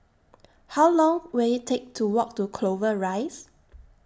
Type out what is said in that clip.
How Long Will IT Take to Walk to Clover Rise